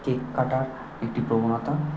cake কাটার একটি প্রবণতা